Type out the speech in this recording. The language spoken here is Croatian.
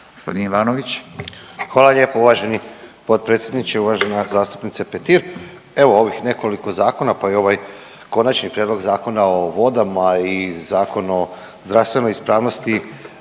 Hvala lijepo uvaženi potpredsjedniče i uvažena zastupnice Petir. Evo ovih nekoliko zakona, pa i ovaj konačni prijedlog Zakona o vodama i Zakon o zdravstvenoj ispravnosti